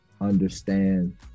understand